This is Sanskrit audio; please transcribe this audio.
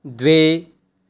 द्वे